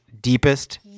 deepest